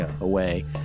away